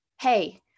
Hey